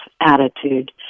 attitude